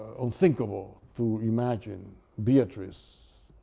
unthinkable to imagine beatrice,